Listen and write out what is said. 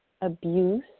abuse